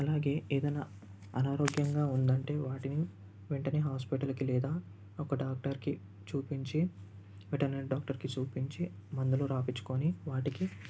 అలాగే ఏదైనా అనారోగ్యంగా ఉందంటే వాటిని వెంటనే హాస్పిటల్కి లేదా ఒక డాక్టర్కి చూపించి వెటర్నరి డాక్టర్కి చూపించి మందులు రాయించుకొని వాటికి